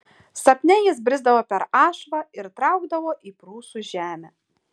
sapne jis brisdavo per ašvą ir traukdavo į prūsų žemę